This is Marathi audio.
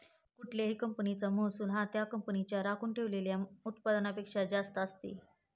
कुठल्याही कंपनीचा महसूल हा त्या कंपनीच्या राखून ठेवलेल्या उत्पन्नापेक्षा जास्त असते